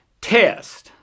test